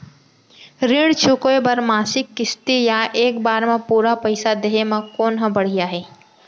ऋण चुकोय बर मासिक किस्ती या एक बार म पूरा पइसा देहे म कोन ह बढ़िया हे?